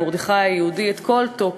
ומרדכי היהודי את כל תֹקף",